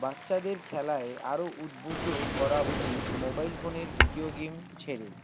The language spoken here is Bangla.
বাচ্চাদের খেলায় আরও উদ্বুদ্ধ করা উচিত মোবাইল ফোনের ভিডিও গেম ছেড়ে